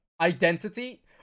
identity